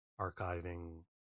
archiving